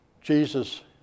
Jesus